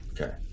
Okay